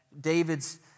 David's